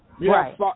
Right